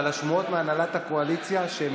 אבל השמועות מהנהלת הקואליציה היא שהם